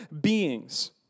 beings